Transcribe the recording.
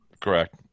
Correct